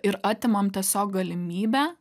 ir atimam tiesiog galimybę